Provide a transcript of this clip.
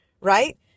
right